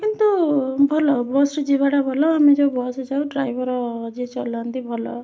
କିନ୍ତୁ ଭଲ ବସ୍ରେ ଯିବା ଟା ଭଲ ଆମେ ଯୋଉ ବସ୍ରେ ଯାଉ ଡ୍ରାଇଭର୍ ଯେ ଚଲାନ୍ତି ଭଲ